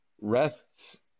rests